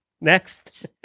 Next